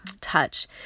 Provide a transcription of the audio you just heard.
touch